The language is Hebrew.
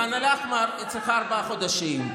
בח'אן אל-אחמר היא צריכה ארבעה חודשים,